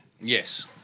yes